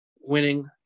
winning